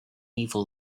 evil